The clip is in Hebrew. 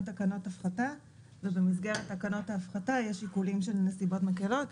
תקנות הפחתה ובמסגרת תקנות ההפחתה יש שיקולים של נסיבות מקלות.